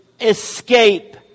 escape